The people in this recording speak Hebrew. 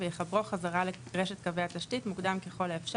ויחברו חזרה לרשת קווי התשתית מוקדם ככל האפשר,